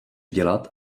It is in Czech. dělat